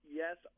yes